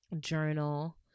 journal